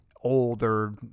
older